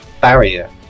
barrier